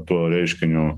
to reiškinio